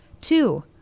two